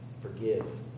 forgive